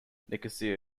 nicosia